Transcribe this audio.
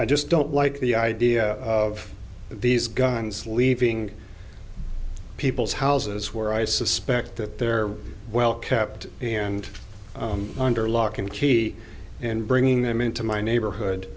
i just don't like the idea of these guns leaving people's houses where i suspect that they're well kept and under lock and key and bringing them into my neighborhood